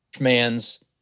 man's